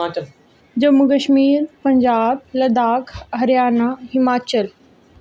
Jammu Kashmir Punjab Ladakh Haryana Himachal